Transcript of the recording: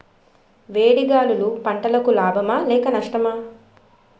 వేడి గాలులు పంటలకు లాభమా లేక నష్టమా?